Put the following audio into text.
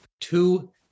two